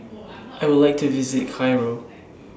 I Would like to visit Cairo